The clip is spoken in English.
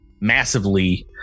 massively